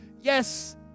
yes